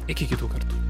iki kitų kartų